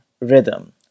Rhythm